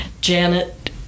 Janet